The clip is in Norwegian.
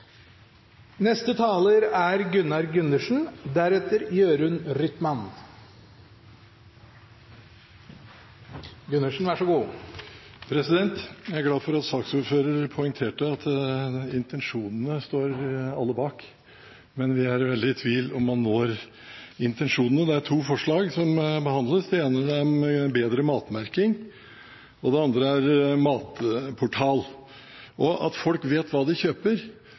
Jeg er glad for at saksordføreren poengterte at alle står bak intensjonene, men vi er veldig i tvil om man når dem. Det er to forslag som behandles. Det ene er om bedre matmerking, og det andre er om en matportal. At folk vet hva de kjøper,